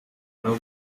nabo